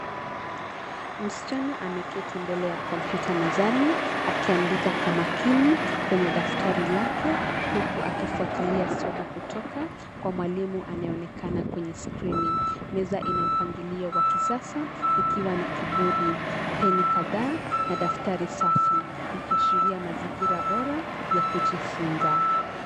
Msichana ameketi mbele ya kompyuta mezani, akiandika kwa makini kwenye daftari lake huku akifuatilia somo kutoka kwa mwalimu anayeonekana kwenye skrini. Meza ina mpangilio wa kisasa, ikiwa na kibodi, peni kadhaa, na daftari safi. Ikiashiria mazingira bora ya kujifunza.